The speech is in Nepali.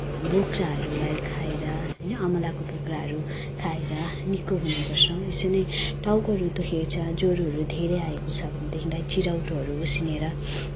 बोक्राहरूलाई खाएर होइन अमलाको बोक्राहरू खाएर निको हुने गर्छौँ यसरी नै टाउकोहरू दुखेको छ ज्वरोहरू धेरै आएको छ भनेदेखिलाई चिराइतोहरू उसिनेर